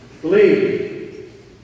Believe